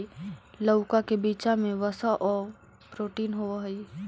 लउका के बीचा में वसा आउ प्रोटीन होब हई